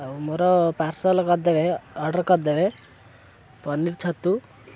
ଆଉ ମୋର ପାର୍ସଲ୍ କରିଦେବେ ଅର୍ଡ଼ର କରିଦେବେ ପନିର ଛତୁ